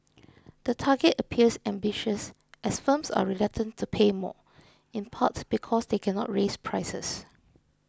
the target appears ambitious as firms are reluctant to pay more in part because they cannot raise prices